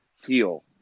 heal